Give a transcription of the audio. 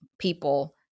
people